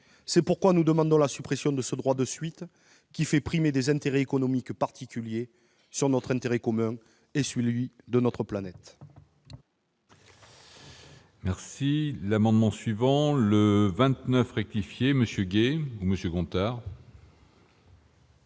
lesquelles nous demandons la suppression de ce droit de suite, qui fait primer des intérêts économiques particuliers sur l'intérêt commun et celui de notre planète.